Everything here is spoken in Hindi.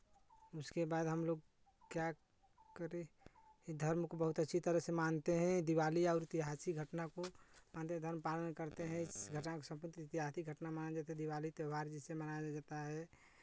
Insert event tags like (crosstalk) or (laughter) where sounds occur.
इसके बाद हमलोग क्या करें धर्म को बहुत अच्छी तरह से मानते हैं दिवाली और ऐतिहासिक घटना को पाण्डेय धर्म पालन करते हैं (unintelligible) ऐतिहासिक घटना मान जैसे दिवाली त्यौहार जैसे मनाया जाता है